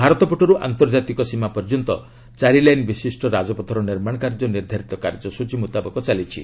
ଭାରତ ପଟରୁ ଆନ୍ତର୍ଜାତିକ ସୀମା ପର୍ଯ୍ୟନ୍ତ ଚାରିଲାଇନ୍ ବିଶିଷ୍ଟ ରାଜପଥର ନିର୍ମାଣ କାର୍ଯ୍ୟ ନିର୍ଦ୍ଧାରିତ କାର୍ଯ୍ୟସୂଚୀ ମୁତାବକ ଚାଲିଛି